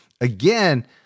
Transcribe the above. again